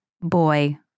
boy